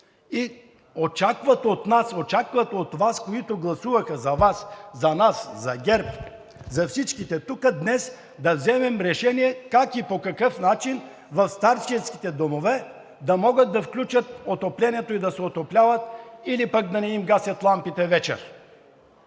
и очакват от нас, очакват от Вас, които гласуваха за Вас, за нас, за ГЕРБ, за всичките тук, днес да вземем решение как и по какъв начин в старческите домове да могат да включат отоплението и да се отопляват или пък да не им гасят лампите вечер.